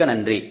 மிக்க நன்றி